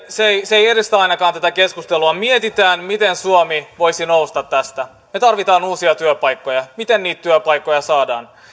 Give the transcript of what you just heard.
se ei ainakaan edistä tätä keskustelua mietitään miten suomi voisi nousta tästä me tarvitsemme uusia työpaikkoja miten niitä työpaikkoja saadaan